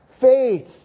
faith